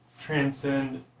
transcend